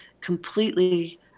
completely